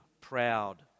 proud